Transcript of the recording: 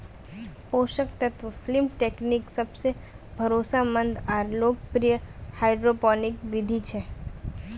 पोषक तत्व film technique सबसे भरोसामंद आर लोकप्रिय हाइड्रोपोनिक बिधि छ